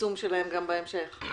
יישום שלהם גם בהמשך.